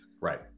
Right